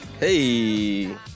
Hey